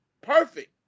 perfect